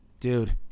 Dude